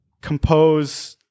compose –